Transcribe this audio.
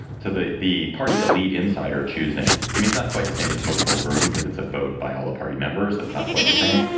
to the the party elite insider choosing means not quite the same a smoke filled room because it's a vote by all the party members. it's not quite the same,